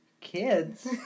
Kids